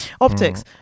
optics